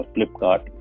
Flipkart